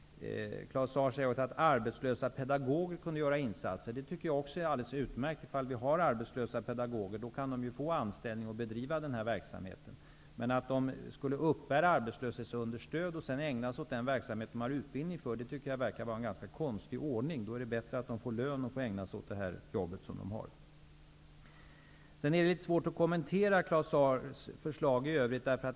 Claus Zaar säger också att arbetslösa pedagoger kunde göra insatser. Det är alldeles utmärkt; om det finns arbetslösa pedagoger kan de få anställning och bedriva verksamheten. Men att de skulle uppbära arbetslöshetsunderstöd och sedan ägna sig åt den verksamhet som de har utbildning för vore en konstig ordning. Det är bättre att de ägnar sig åt de jobb som de har och får lön för det. Det är litet svårt att kommentera Claus Zaars förslag i övrigt.